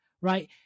right